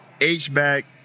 H-back